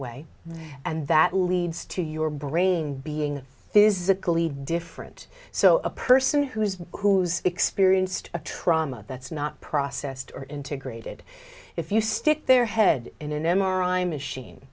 way and that leads to your brain being physically different so a person who's who's experienced a trauma that's not processed or integrated if you stick their head in an m r i machine